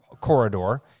corridor